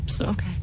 okay